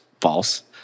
false